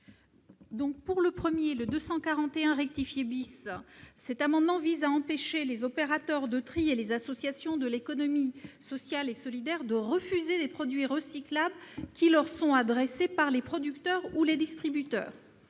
? L'amendement n° 241 rectifié vise à empêcher les opérateurs de tri et les associations de l'économie sociale et solidaire de refuser des produits recyclables qui leur sont adressés par les producteurs ou distributeurs.